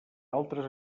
altres